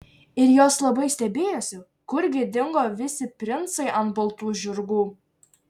ir jos labai stebėjosi kurgi dingo visi princai ant baltų žirgų